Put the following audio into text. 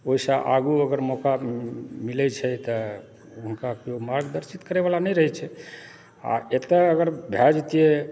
ओहिसँ आगू अगर मौका मिलय छै तऽ हुनका केओ मार्गदर्शित करय वाला नहि रहय छै आ एतए अगर भए जैतियै